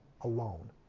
alone